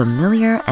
Familiar